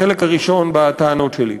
החלק הראשון בטענות שלי.